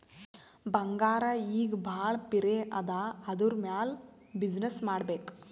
ಬಂಗಾರ್ ಈಗ ಭಾಳ ಪಿರೆ ಅದಾ ಅದುರ್ ಮ್ಯಾಲ ಬಿಸಿನ್ನೆಸ್ ಮಾಡ್ಬೇಕ್